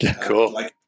Cool